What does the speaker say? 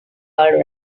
all